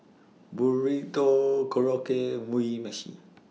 Burrito Korokke Mugi Meshi